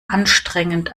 anstrengend